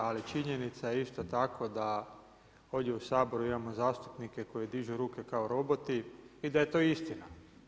Ali činjenica je isto tako da ovdje u Saboru imamo zastupnike koji dižu ruke kao roboti i da je to istina.